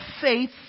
faith